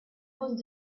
was